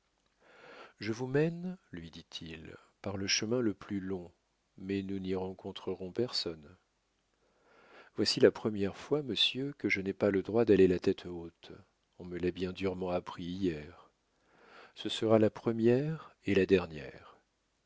je vous mène lui dit-il par le chemin le plus long mais nous n'y rencontrerons personne voici la première fois monsieur que je n'ai pas le droit d'aller la tête haute on me l'a bien durement appris hier ce sera la première et la dernière